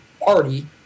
party